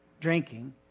drinking